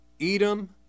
Edom